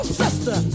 sister